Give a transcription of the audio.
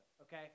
okay